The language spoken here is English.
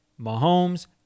Mahomes